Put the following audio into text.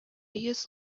йөз